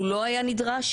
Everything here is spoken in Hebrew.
הוא לא היה נדרש,